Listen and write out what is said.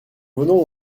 venons